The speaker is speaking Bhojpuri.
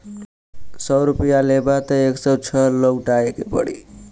सौ रुपइया लेबा त एक सौ छह लउटाए के पड़ी